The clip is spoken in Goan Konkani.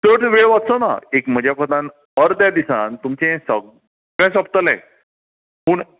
चड वेळ वचचोना एक म्हज्या कोतान अर्दे दीसान तुमचे सगळें सोंपतले पूण